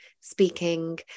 speaking